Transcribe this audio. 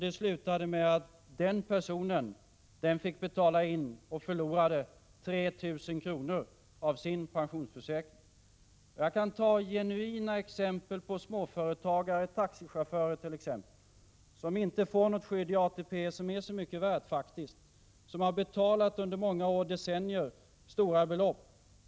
Det slutade med att den personen fick betala in och förlorade 3 000 kr. av sin pensionsförsäkring. Jag kan ta genuina exempel på småföretagare, t.ex. taxichaufförer, som inte får något skydd från ATP som är speciellt mycket värt och som under många decennier har betalat in stora belopp.